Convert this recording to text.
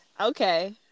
Okay